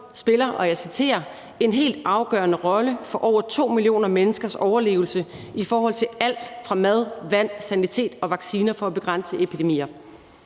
spiller – og jeg citerer – en helt afgørende rolle for over 2 millioner menneskers overlevelse i forhold til alt fra mad, vand, sanitet og vacciner for at begrænse epidemier.